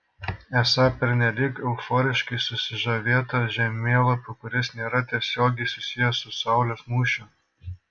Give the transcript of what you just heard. esą pernelyg euforiškai susižavėta žemėlapiu kuris nėra tiesiogiai susijęs su saulės mūšiu